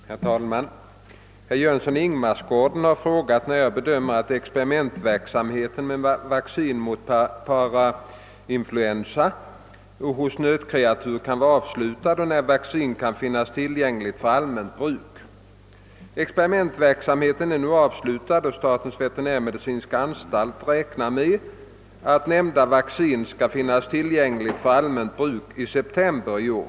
Herr talman! Herr Jönsson i Ingemarsgården har frågat när jag bedömer att experimentverksamheten med vaccin mot parainfluensa hos nötkreatur kan vara avslutad och när vaccinet kan finnas tillgängligt för allmänt bruk. Experimentverksamheten är nu avslutad och statens veterinärmedicinska anstalt räknar med att nämnda vaccin skall finnas tillgängligt för allmänt bruk i september i år.